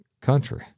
country